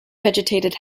vegetated